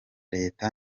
leta